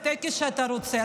בטקס שאתה רוצה,